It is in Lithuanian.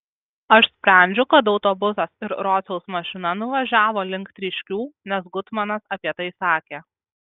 aš sprendžiu kad autobusas ir rociaus mašina nuvažiavo link tryškių nes gutmanas apie tai sakė